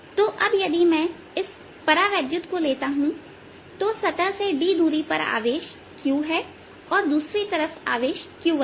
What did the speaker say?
तो अब यदि मैं इस परावैद्युत को लेता हूं तो सतह से d दूरी पर एक आवेश q है और दूसरी तरफ आवेश q1है